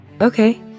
Okay